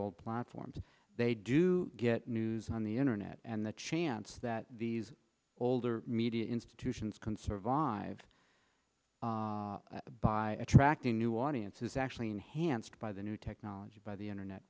old platforms and they do get news on the internet and the chance that these older media institutions can survive by attracting new audience is actually enhanced by the new technology by the internet